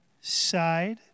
side